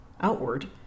outward